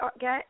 get